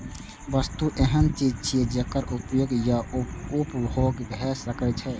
वस्तु एहन चीज छियै, जेकर उपयोग या उपभोग भए सकै छै